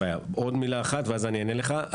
עוד מילה אחת ואז אני אענה לך.